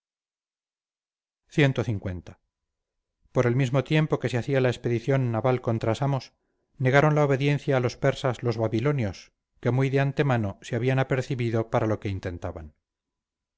padeció cl por el mismo tiempo que se hacía la expedición naval contra samos negaron la obediencia a los persas los babilonios que muy de antemano se habían apercibido para lo que intentaban